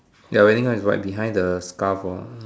ya wedding gown is right behind the scarf ah